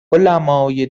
علمای